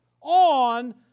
on